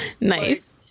Nice